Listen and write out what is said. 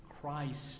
Christ